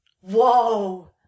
Whoa